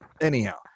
Anyhow